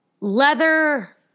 leather